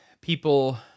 people